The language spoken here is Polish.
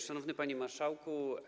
Szanowny Panie Marszałku!